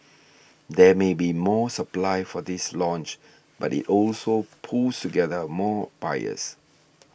there may be more supply for this launch but it also pools together more buyers